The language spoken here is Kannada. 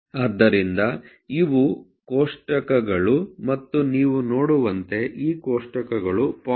ಆದ್ದರಿಂದ ಇವುಗಳು ಕೋಷ್ಟಕಗಳು ಮತ್ತು ನೀವು ನೋಡುವಂತೆ ಈ ಕೋಷ್ಟಕಗಳು 0